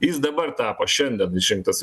jis dabar tapo šiandien išrinktas